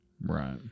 Right